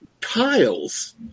tiles